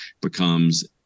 becomes